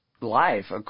life